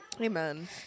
Amen